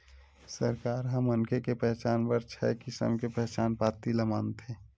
सरकार ह मनखे के पहचान बर छय किसम के पहचान पाती ल मानथे